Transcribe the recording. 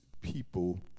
people